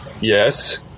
Yes